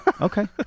okay